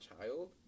child